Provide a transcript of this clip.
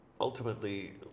Ultimately